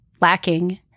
lacking